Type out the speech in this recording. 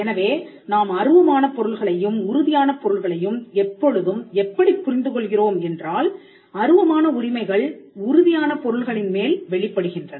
எனவே நாம் அருவமான பொருள்களையும் உறுதியான பொருள்களையும் எப்பொழுதும் எப்படிப் புரிந்து கொள்கிறோம் என்றால் அருவமான உரிமைகள் உறுதியான பொருள்களின் மேல் வெளிப்படுகின்றன